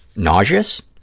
nauseous,